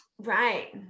right